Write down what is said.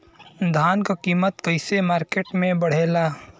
धान क कीमत कईसे मार्केट में बड़ेला?